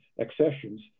accessions